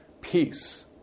Peace